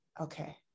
okay